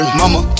mama